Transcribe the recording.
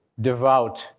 devout